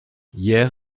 hier